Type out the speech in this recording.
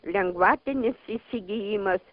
lengvatinis įsigijimas